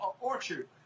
orchard